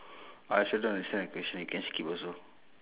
I also don't understand your question can skip also